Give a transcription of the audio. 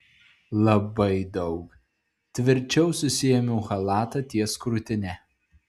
labai daug tvirčiau susiėmiau chalatą ties krūtine